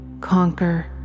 conquer